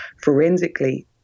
forensically